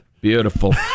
Beautiful